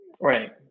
right